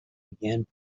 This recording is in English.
began